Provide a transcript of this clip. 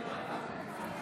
(קוראת בשמות